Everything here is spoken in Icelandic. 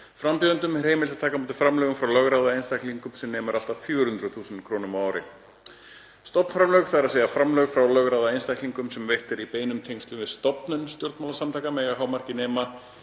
Frambjóðendum er heimilt að taka á móti framlögum frá lögráða einstaklingum sem nemur allt að 400.000 kr. á ári. Stofnframlög, þ.e. framlög frá lögráða einstaklingum sem eru veitt í beinum tengslum við stofnun stjórnmálasamtaka, mega að hámarki nema